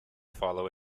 follow